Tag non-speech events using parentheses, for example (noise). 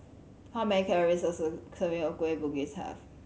how many calories does a (unintelligible) of Kueh Bugis have